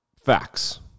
facts